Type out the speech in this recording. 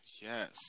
Yes